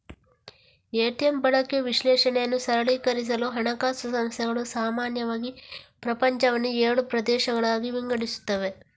ATM ಬಳಕೆ ವಿಶ್ಲೇಷಣೆಯನ್ನು ಸರಳೀಕರಿಸಲು ಹಣಕಾಸು ಸಂಸ್ಥೆಗಳು ಸಾಮಾನ್ಯವಾಗಿ ಪ್ರಪಂಚವನ್ನು ಏಳು ಪ್ರದೇಶಗಳಾಗಿ ವಿಂಗಡಿಸುತ್ತವೆ